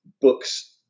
books